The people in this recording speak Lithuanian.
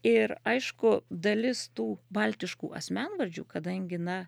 ir aišku dalis tų baltiškų asmenvardžių kadangi na